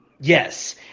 Yes